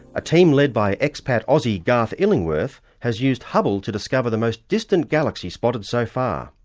a team led by ex-pat aussie garth illingworth has used hubble to discover the most distant galaxy spotted so far.